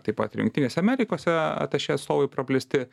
taip pat ir jungtinėse amerikose atašė atstovai praplėsti